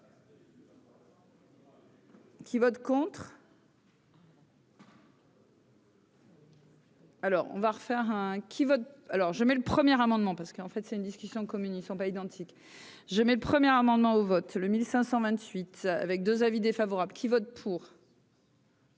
Qui vote contre. Alors on va refaire un qui va alors je mets le premier amendement parce qu'en fait c'est une discussion commune, ils sont pas identiques, je mets le premier amendement au vote le 1528 avec 2 avis défavorables qui vote pour.